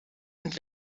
und